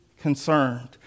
concerned